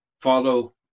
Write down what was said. follow